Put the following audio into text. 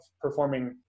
performing